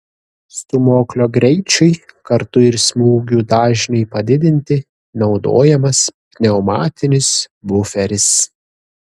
stūmoklio greičiui kartu ir smūgių dažniui padidinti naudojamas pneumatinis buferis